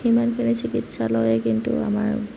সিমানখিনি চিকিৎসালয় কিন্তু আমাৰ